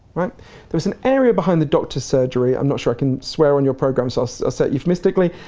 there was an area behind the doctor's surgery, i'm not sure i can swear on your programme, so so i'll say it mystically,